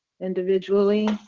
individually